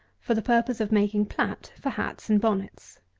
for the purpose of making plat for hats and bonnets.